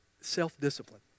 self-discipline